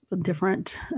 different